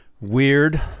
weird